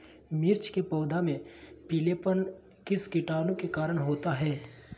मिर्च के पौधे में पिलेपन किस कीटाणु के कारण होता है?